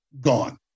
gone